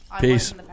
Peace